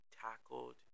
tackled